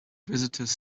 visitors